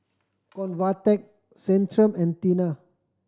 Convatec Centrum and Tena